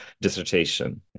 dissertation